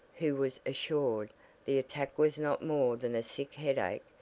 who was assured the attack was not more than a sick headache,